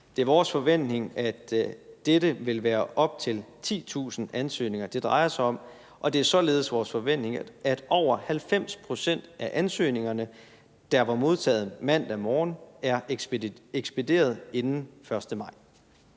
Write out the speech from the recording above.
Det er vores forventning, at det vil være op til 10.000 ansøgninger, det drejer sig om, og det er således vores forventning, at over 90 pct. af ansøgningerne, der var modtaget mandag morgen, er ekspederet inden 1. maj.